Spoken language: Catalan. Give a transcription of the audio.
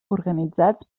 organitzats